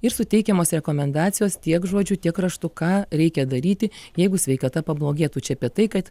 ir suteikiamos rekomendacijos tiek žodžiu tiek raštu ką reikia daryti jeigu sveikata pablogėtų čia apie tai kad